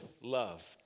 love